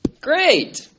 great